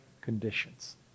conditions